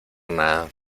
nada